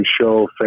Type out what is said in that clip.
Show